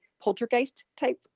poltergeist-type